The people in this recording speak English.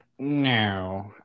No